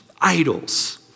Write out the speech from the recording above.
idols